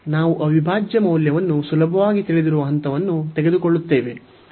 ನಾವು ಅವಿಭಾಜ್ಯ ಮೌಲ್ಯವನ್ನು ಸುಲಭವಾಗಿ ತಿಳಿದಿರುವ ಹಂತವನ್ನು ತೆಗೆದುಕೊಳ್ಳುತ್ತೇವೆ